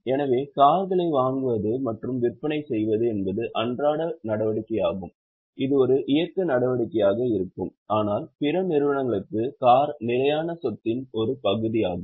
எனவே கார்களை வாங்குவது மற்றும் விற்பனை செய்வது என்பது அன்றாட நடவடிக்கையாகும் இது ஒரு இயக்க நடவடிக்கையாக இருக்கும் ஆனால் பிற நிறுவனங்களுக்கு கார் நிலையான சொத்தின் ஒரு பகுதியாகும்